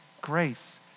grace